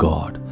God